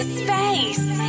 space